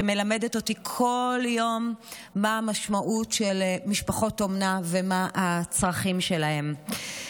שמלמדת אותי כל יום מה המשמעות של משפחות אומנה ומה הצרכים שלהן,